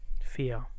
Fear